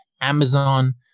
Amazon